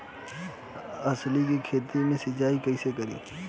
अलसी के खेती मे सिचाई कइसे करी?